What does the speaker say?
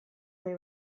nahi